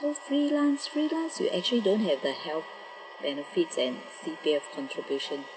so freelance freelance you actually don't have the health benefits and C_P_F contribution